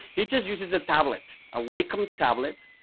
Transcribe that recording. he just uses a tablet, a wacom tablet,